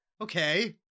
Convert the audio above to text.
okay